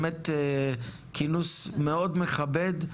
באמת כינוס מאוד מכבד.